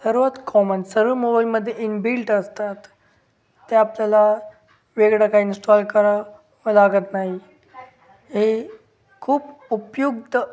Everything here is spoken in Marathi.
सर्वात कॉमन सर्व मोबाईलमध्ये इनबिल्ट असतात ते आपल्याला वेगळं काय इंस्टॉल करा लागत नाही हे खूप उपयुक्त